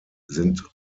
sind